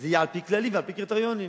זה יהיה על-פי כללים ועל-פי קריטריונים.